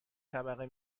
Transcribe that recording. طبقه